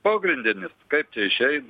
pogrindinis kaip čia išein